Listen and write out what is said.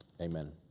Amen